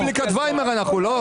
אנחנו רפובליקת ויימר, לא?